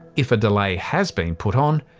if a delay has been put on,